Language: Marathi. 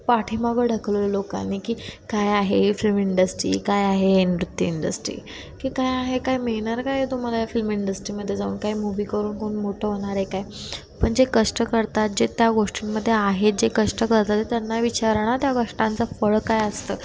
पाठीमागं ढकललं लोकांनी की काय आहे फिल्म इंडस्ट्री काय आहे नृत्य इंडस्ट्री की काय आहे काय मिळणार काय तुम्हाला या फिल्म इंडस्ट्रीमध्ये जाऊन काय मूव्ही करून कोण मोठं होणार आहे काय पण जे कष्ट करतात जे त्या गोष्टींमध्ये आहेत जे कष्ट करतात त्यांना विचारा ना त्या कष्टांचं फळं काय असतं